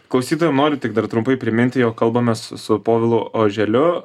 klausytojam nori tik dar trumpai priminti jog kalbamės su povilu oželiu